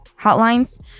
hotlines